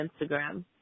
Instagram